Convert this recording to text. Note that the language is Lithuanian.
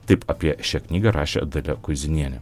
taip apie šią knygą rašė dalia kuizinienė